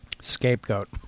scapegoat